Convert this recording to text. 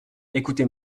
ecoutez